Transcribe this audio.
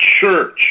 church